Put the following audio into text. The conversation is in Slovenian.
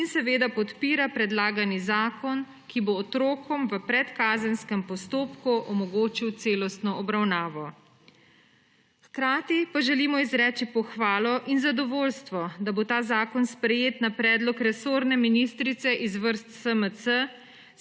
in seveda podpira predlagani zakon, ki bo otrokom v predkazenskem postopku omogočil celostno obravnavo. Hkrati pa želimo izreči pohvalo in zadovoljstvo, da bo ta zakon sprejet na predlog resorne ministrice iz vrst SMC,